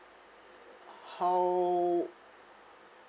how